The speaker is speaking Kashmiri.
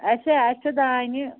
اَسہِ یا اَسہِ چھُ دانہِ